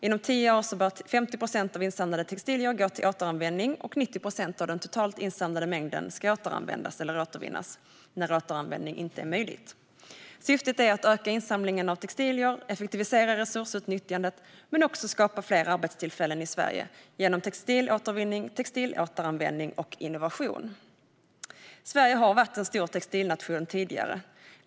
Inom tio år bör 50 procent av insamlade textilier gå till återanvändning och 90 procent av den totalt insamlade mängden återanvändas eller återvinnas när återanvändning inte är möjlig. Syftet är att öka insamlingen av textilier, effektivisera resursutnyttjandet och även skapa fler arbetstillfällen i Sverige genom textilåtervinning, textilåteranvändning och innovation. Sverige har varit en stor textilnation tidigare.